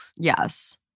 yes